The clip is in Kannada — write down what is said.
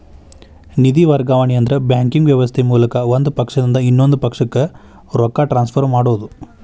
ನಿಧಿ ವರ್ಗಾವಣೆ ಅಂದ್ರ ಬ್ಯಾಂಕಿಂಗ್ ವ್ಯವಸ್ಥೆ ಮೂಲಕ ಒಂದ್ ಪಕ್ಷದಿಂದ ಇನ್ನೊಂದ್ ಪಕ್ಷಕ್ಕ ರೊಕ್ಕ ಟ್ರಾನ್ಸ್ಫರ್ ಮಾಡೋದ್